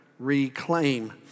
Reclaim